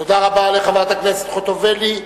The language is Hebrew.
תודה רבה לחברת הכנסת חוטובלי.